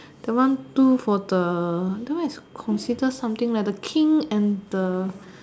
that one do for the that one is confidence something one the King and the